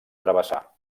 travessar